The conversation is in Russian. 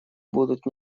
будут